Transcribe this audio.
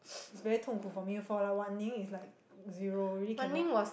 it's very 痛苦 for me for like Wan-Ning is like zero really cannot